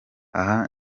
aha